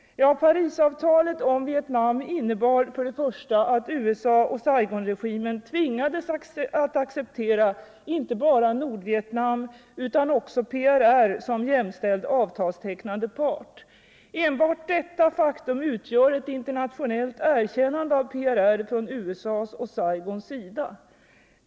Ja, Parisavtalet om Vietnam innebar för det första att USA och Saigonregimen tvingades att acceptera inte bara Nordvietnam utan också PRR som jämställda avtalstecknande parter. Enbart detta faktum utgör ett internationellt erkännande av PRR från USA:s och Saigons sida.